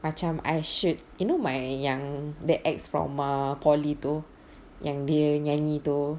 macam I should you know my yang the ex from err poly tu yang dia nyanyi tu